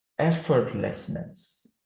effortlessness